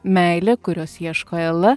meilė kurios ieško ela